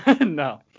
No